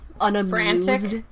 unamused